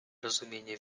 rozumienie